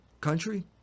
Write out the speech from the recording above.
country